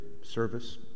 service